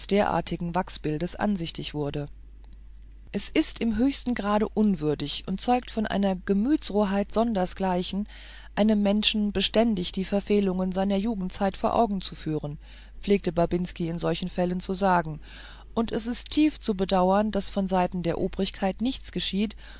derartigen wachsbildes ansichtig wurde es ist im höchsten grade unwürdig und zeugt von einer gemütsroheit sondersgleichen einem menschen beständig die verfehlungen seiner jugendzeit vor augen zu führen pflegte babinski in solchen fällen zu sagen und es ist tief zu bedauern daß von seiten der obrigkeit nichts geschieht